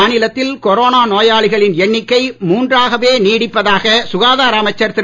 மாநிலத்தில் கொரோனா நோயாளிகளின் எண்ணிக்கை மூன்றாகவே நீடிப்பதாக சுகாதார அமைச்சர் திரு